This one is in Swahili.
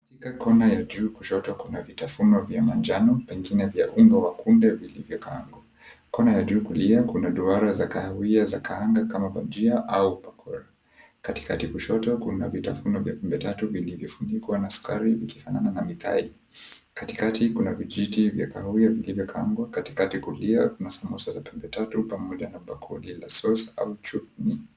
Katika kona ya juu kushoto ,kuna vitafunio vya manjano pengine vya umbo wa kunde vilivyokaangwa. Kona ya juu kulia kuna duara za kahawia zilizokaangwa kama bajia au bakor. Katikati kushoto kuna vitavuno vilivyo tatu vilivyofunikwa na sukari ikifanana na mitai. Katikati kuna vijiti vya kahawia vilivyokaangwa katikati kulia kuna samosa vya pembeni tatu pamoja na sauce au chuuni.